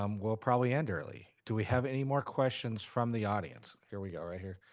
um we'll probably end early. do we have any more questions from the audience? here we are right here.